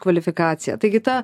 kvalifikaciją taigi ta